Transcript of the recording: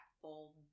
full